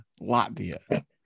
Latvia